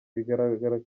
bigaragara